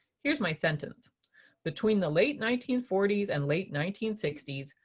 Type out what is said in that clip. here's my sentence between the late nineteen forty s and late nineteen sixty s,